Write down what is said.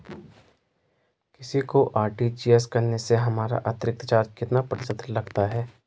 किसी को आर.टी.जी.एस करने से हमारा अतिरिक्त चार्ज कितने प्रतिशत लगता है?